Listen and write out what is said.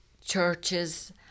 churches